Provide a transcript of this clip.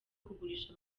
kugurisha